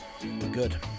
Good